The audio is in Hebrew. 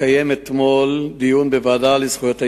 התקיים אתמול דיון בוועדה לזכויות הילד.